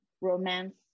romance